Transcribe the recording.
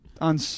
On